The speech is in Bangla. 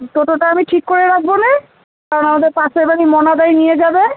টোটোটা আমি ঠিক করে রাখবো নে কারণ আমাদের পাশের বাড়ির মনাদাই নিয়ে যাবে